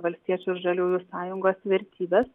valstiečių ir žaliųjų sąjungos vertybės